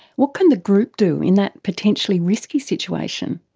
what can the group do in that potentially risky situation?